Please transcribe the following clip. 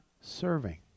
serving